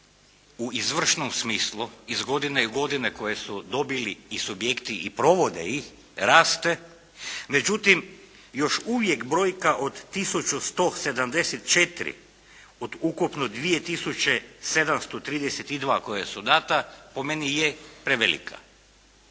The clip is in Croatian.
u izvršnom smislu iz godine i godine koje su dobili i subjekti i provode ih raste, međutim još uvijek brojka od tisuću 174 od ukupno 2 tisuće 732 koja su dana po meni je prevelika.